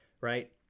right